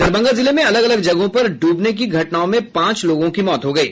दरभंगा जिले में अलग अलग जगहों पर ड्रबने की घटनाओं में पांच लोगों की मौत हो गयी